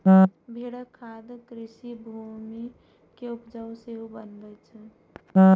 भेड़क खाद कृषि भूमि कें उपजाउ सेहो बनबै छै